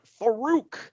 farouk